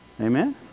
Amen